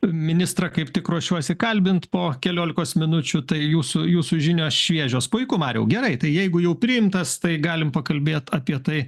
ministrą kaip tik ruošiuosi kalbint po keliolikos minučių tai jūsų jūsų žinios šviežios puiku mariau gerai tai jeigu jau priimtas tai galim pakalbėt apie tai